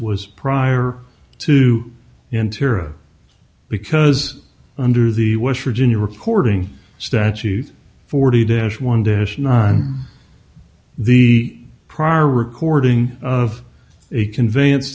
was prior to interior because under the west virginia recording statute forty dash one dish nine the prior recording of a conveyance